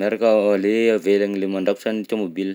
miaraka am'le avelany ilay mandrakotra ny tômôbila.